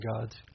God's